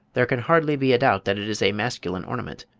there can hardly be a doubt that it is a masculine ornament.